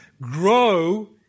grow